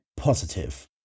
positive